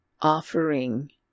offering